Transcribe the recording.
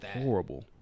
horrible